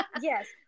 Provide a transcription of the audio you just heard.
yes